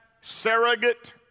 surrogate